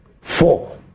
Four